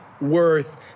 worth